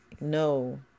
No